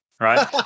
Right